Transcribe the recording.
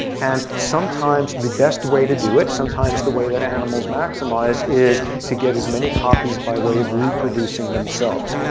and sometimes the best way to do it, sometimes the way that animals maximize, is to get as many copies by way of reproducing themselves.